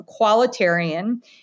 qualitarian